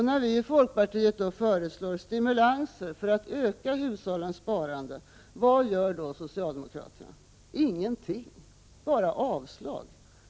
När vi i folkpartiet då föreslår stimulanser för att öka hushållens sparande, vad gör då socialdemokraterna? Ingenting — bara avslag!